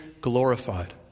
glorified